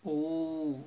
oo